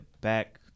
back